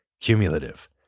cumulative